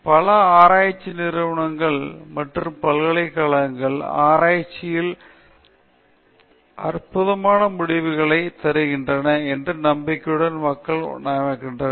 பல ஆராய்ச்சி நிறுவனங்கள் மற்றும் பல்கலைக்கழகங்கள் ஆராய்ச்சியில் அற்புதமான முடிவுகளைத் தருகின்றன என்ற நம்பிக்கையுடன் மக்களை நியமிக்கின்றன